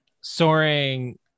soaring